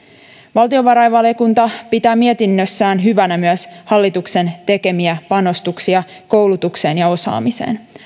valtiovarainvaliokunta pitää mietinnössään hyvänä myös hallituksen tekemiä panostuksia koulutukseen ja osaamiseen